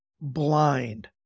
blind